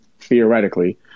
theoretically